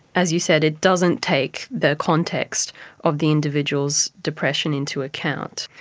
as you said, it doesn't take the context of the individual's depression into account,